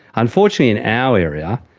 unfortunately in our area,